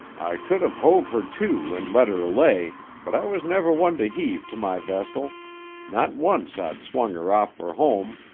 i could've hove her to and let her lay, but i was never one to heave to my vessel not once i'd swung her off for home.